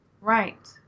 Right